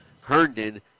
Herndon